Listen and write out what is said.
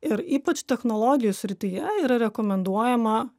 ir ypač technologijų srityje yra rekomenduojama